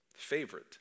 favorite